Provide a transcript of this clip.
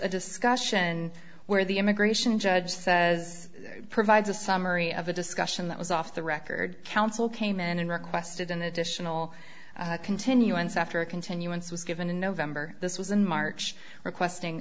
a discussion where the immigration judge says provides a summary of a discussion that was off the record counsel came in and requested an additional continuance after a continuance was given in november this was in march requesting